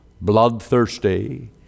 bloodthirsty